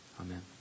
Amen